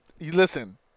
listen